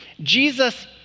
Jesus